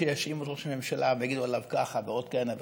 שיאשימו את ראש הממשלה ויגידו עליו ככה ועוד כהנה וכהנה.